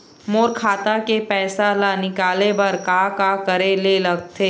मोर खाता के पैसा ला निकाले बर का का करे ले लगथे?